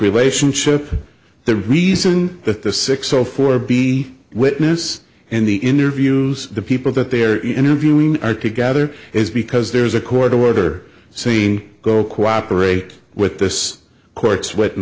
relationship the reason that the six o four b witness in the interviews the people that they're interviewing are together is because there's a court order saying go cooperate with this court